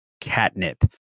catnip